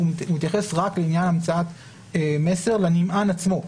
הוא מתייחס רק לעניין המצאת מסר לנמען עצמו.